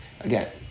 Again